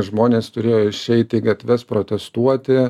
žmonės turėjo išeit į gatves protestuoti